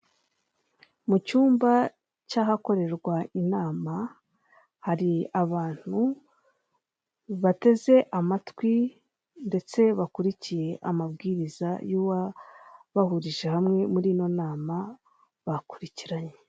Mucyumba cyahakorerwa inama hari abantu bateze amatwi ndetse bakurikiye amabwiriza y'uwabahurije hamwe murino nama bakuricyiranye.